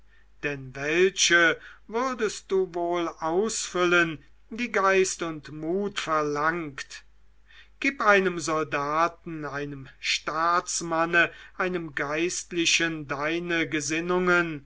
denn welche würdest du wohl ausfüllen die geist und mut verlangt gib einem soldaten einem staatsmanne einem geistlichen deine gesinnungen